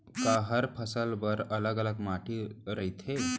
का हर फसल बर अलग अलग माटी रहिथे?